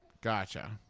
Gotcha